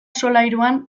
solairuan